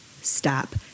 stop